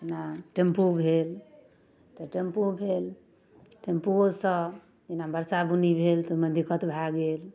जेना टेम्पू भेल तऽ टेम्पू भेल टेम्पुओसँ जेना बरसा बुन्नी भेल तऽ ओहिमे दिक्कत भऽ गेल